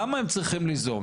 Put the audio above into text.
למה הם צריכים ליזום?